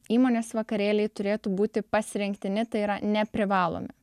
įmonės vakarėliai turėtų būti pasirinktini tai yra neprivalomi